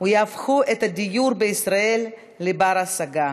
ויהפכו את הדיור בישראל לבר-השגה.